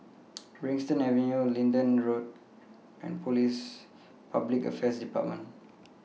Brighton Avenue Linden Drive and Police Public Affairs department